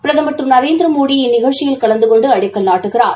பிரதமா் திரு நரேந்திரமோடி இந்நிகழ்ச்சியில் கலந்து கொண்டு அடிக்கல் நாட்டுகிறார்